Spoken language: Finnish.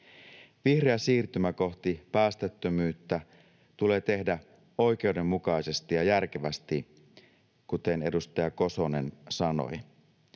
Vihreä siirtymä kohti päästöttömyyttä tulee tehdä oikeudenmukaisesti ja järkevästi, kuten edustaja Kosonen sanoi.